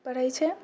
पढ़ै छै